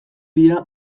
dira